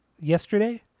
yesterday